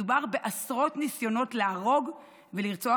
מדובר בעשרות ניסיונות להרוג ולרצוח